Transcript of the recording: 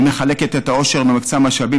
היא מחלקת את העושר ומקצה את המשאבים